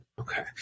Okay